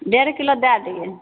डेढ़ किलो दै दियै